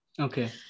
Okay